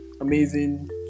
amazing